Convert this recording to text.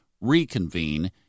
reconvene